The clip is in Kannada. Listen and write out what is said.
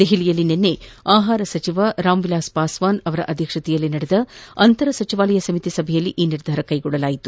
ದೆಹಲಿಯಲ್ಲಿ ನಿನ್ನೆ ಆಹಾರ ಸಚಿವ ರಾಮ್ ವಿಲಾಸ್ ಪಾಸ್ವಾನ್ ಅಧ್ಯಕ್ಷತೆಯಲ್ಲಿ ನಡೆದ ಅಂತರ ಸಚಿವಾಲಯ ಸಮಿತಿ ಸಭೆಯಲ್ಲಿ ಈ ನಿರ್ಧಾರ ಕೈಗೊಳ್ಳಲಾಗಿದೆ